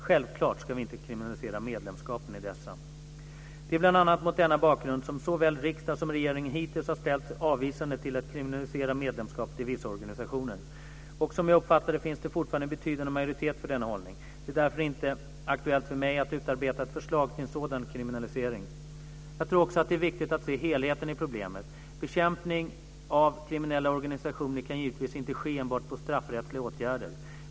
Självfallet ska vi inte kriminalisera medlemskapet i dessa. Det är bl.a. mot denna bakgrund som såväl riksdag som regering hitintills har ställt sig avvisande till att kriminalisera medlemskapet i vissa organisationer. Och som jag uppfattar det finns det fortfarande en betydande majoritet för denna hållning. Det är därför inte aktuellt för mig att utarbeta ett förslag till en sådan kriminalisering. Jag tror också att det är viktigt att se helheten i problemet. Bekämpning av kriminella organisationer kan givetvis inte ske enbart med straffrättsliga åtgärder.